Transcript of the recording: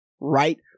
right